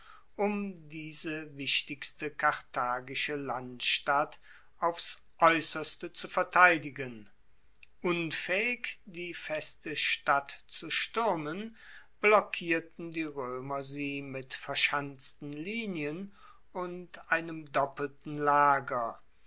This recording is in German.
um diese wichtigste karthagische landstadt aufs aeusserste zu verteidigen unfaehig die feste stadt zu stuermen blockierten die roemer sie mit verschanzten linien und einem doppelten lager